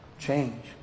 change